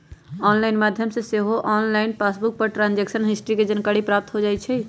online माध्यम से सेहो ऑनलाइन पासबुक पर ट्रांजैक्शन हिस्ट्री के जानकारी प्राप्त हो जाइ छइ